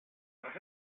tras